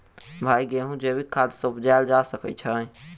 भाई गेंहूँ जैविक खाद सँ उपजाल जा सकै छैय?